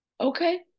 Okay